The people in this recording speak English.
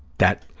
that,